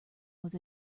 was